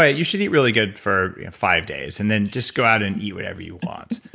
ah you should eat really good for five days and then just go out and eat whatever you want.